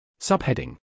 Subheading